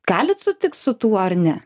galit sutikt su tuo ar ne